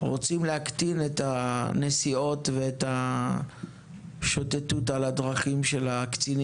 רוצים להקטין את הנסיעות ואת השוטטות של הקצינים